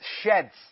sheds